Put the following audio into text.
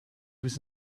was